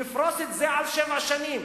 לפרוס את זה על שבע שנים,